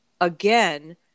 again